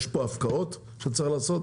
יש פה הפקעות שצריך לעשות?